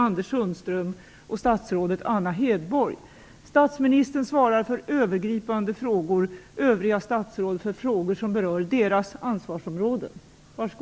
Ansvarskännande vuxna inser att verksamheten måste stoppas tills det klargjorts hur man får den narkotikafri. Det har länge varit känt att narkotika förekommer på Docklands.